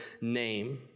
name